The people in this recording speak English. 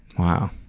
wow!